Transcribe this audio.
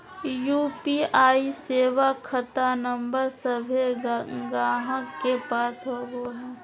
UPI सेवा खता number सभे गाहक के पास होबो हइ